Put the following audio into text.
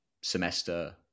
semester